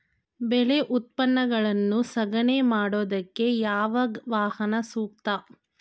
ಬೆಳೆ ಉತ್ಪನ್ನಗಳನ್ನು ಸಾಗಣೆ ಮಾಡೋದಕ್ಕೆ ಯಾವ ವಾಹನ ಸೂಕ್ತ?